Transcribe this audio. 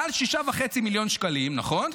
מעל 6.5 מיליון שקלים, נכון?